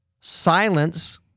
silence